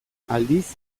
aldiz